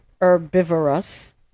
Herbivorous